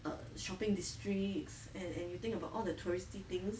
err shopping districts and and you think about all the touristy things